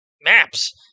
maps